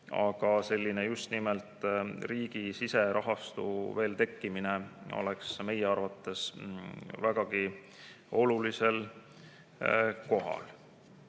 Aga just nimelt riigi siserahastu tekkimine oleks meie arvates vägagi olulisel kohal.